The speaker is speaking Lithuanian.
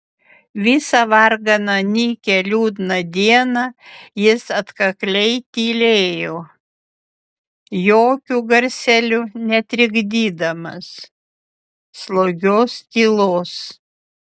visą varganą nykią liūdną dieną jis atkakliai tylėjo jokiu garseliu netrikdydamas slogios tylos